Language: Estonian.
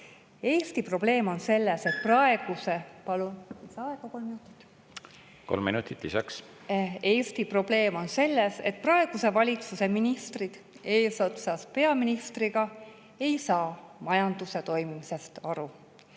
Eesti probleem on selles, et praeguse valitsuse ministrid eesotsas peaministriga ei saa majanduse toimimisest aru.